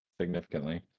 significantly